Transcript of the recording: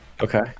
okay